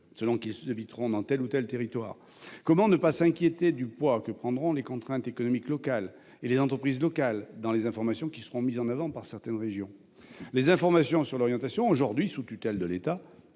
selon qu'ils habiteront dans tel ou tel territoire ? Comment ne pas s'inquiéter du poids que prendront les contraintes économiques locales et les entreprises locales dans les informations qui seront mises en avant par certaines régions ? Les informations sur l'orientation, aujourd'hui sous tutelle de l'État,